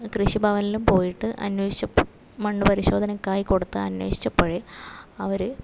കൃഷിഭവനിലും പോയിട്ട് അന്വേഷിച്ചപ്പോൾ മണ്ണ് പരിശോധനക്കായി കൊടുത്ത അന്വേഷിച്ചപ്പോഴെ അവർ